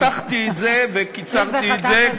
חתכתי את זה וקיצרתי את זה, אם חתכת זה בסדר גמור.